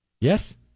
yes